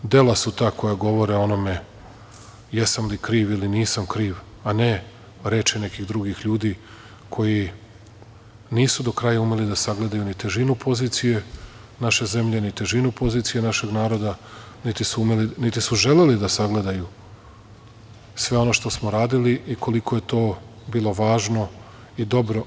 Dela su ta koja govore o onome jesam li kriv ili nisam kriv, a ne reči nekih drugih ljudi, koji nisu do kraja umeli da sagledaju ni težinu pozicije naše zemlje, ni težinu pozicije našeg naroda, niti su želeli da sagledaju sve ono što smo radili i koliko je to bilo važno i dobro.